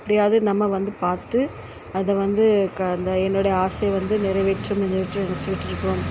எப்படியாவது நம்ம வந்து பார்த்து அதை வந்து க அந்த என்னுடைய ஆசையை வந்து நிறைவேற்றணும் நிறைவேற்றணும் நினச்சுக்கிட்டு இருக்கோம்